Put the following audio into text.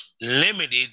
limited